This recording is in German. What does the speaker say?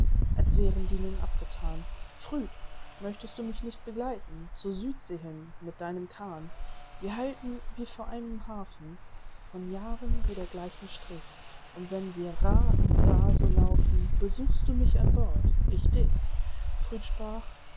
als wären die nun abgethan früd möchtest du mich nicht begleiten zur südsee hin mit deinem kahn wir halten wie vor einem haufen von jahren wieder gleichen strich und wenn wir raa an raa so laufen besuchst du mich an bord ich dich früd sprach